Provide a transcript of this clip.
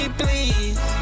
please